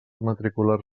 matricular